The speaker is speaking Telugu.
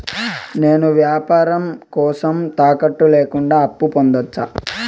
నేను వ్యాపారం కోసం తాకట్టు లేకుండా అప్పు పొందొచ్చా?